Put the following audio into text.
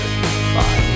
bye